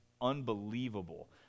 unbelievable